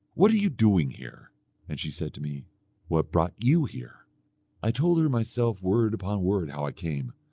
what are you doing here and she said to me what brought you here i told her myself word upon word how i came.